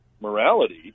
morality